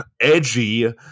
edgy